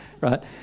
right